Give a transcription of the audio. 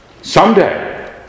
Someday